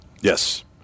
Yes